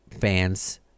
fans